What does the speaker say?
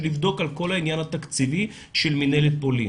לבדוק את כל העניין התקציבי של מינהלת פולין.